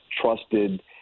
trusted